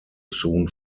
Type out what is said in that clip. soon